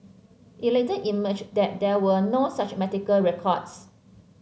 it later emerged that there were no such medical records